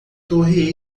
torre